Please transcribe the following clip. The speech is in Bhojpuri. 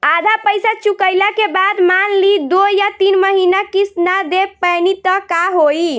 आधा पईसा चुकइला के बाद मान ली दो या तीन महिना किश्त ना दे पैनी त का होई?